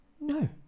No